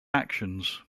actions